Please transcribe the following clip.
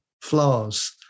flaws